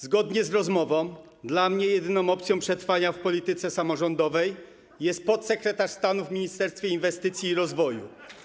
Zgodnie z rozmową dla mnie jedyną opcją przetrwania w polityce samorządowej jest podsekretarz stanu w Ministerstwie Inwestycji i Rozwoju.